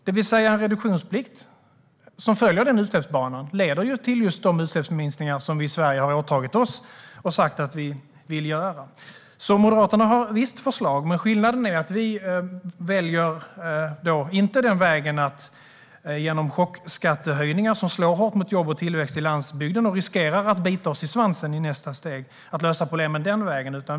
Det handlar om en reduktionsplikt som följer den utsläppsbanan och som leder till just de utsläppsminskningar som vi i Sverige har åtagit oss och sagt att vi vill göra. Moderaterna har alltså visst förslag. Men skillnaden är att vi inte väljer att lösa problemen genom chockskattehöjningar som slår hårt mot jobb och tillväxt på landsbygden och som riskerar att bita oss i svansen i nästa steg.